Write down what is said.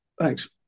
Thanks